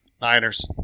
Niners